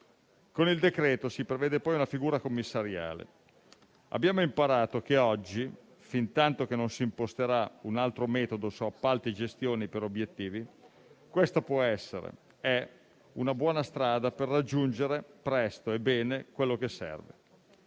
in esame si prevede poi una figura commissariale. Abbiamo imparato che oggi, fintantoché non si imposterà un altro metodo su appalti e gestioni per obiettivi, questa può essere - ed è - una buona strada per raggiungere presto e bene quello che serve,